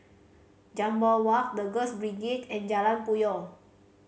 Jambol Walk The Girls Brigade and Jalan Puyoh